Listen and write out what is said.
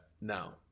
now